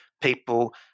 people